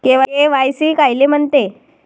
KYC कायले म्हनते?